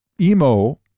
emo